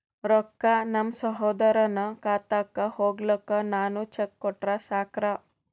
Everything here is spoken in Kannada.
ರೊಕ್ಕ ನಮ್ಮಸಹೋದರನ ಖಾತಕ್ಕ ಹೋಗ್ಲಾಕ್ಕ ನಾನು ಚೆಕ್ ಕೊಟ್ರ ಸಾಕ್ರ?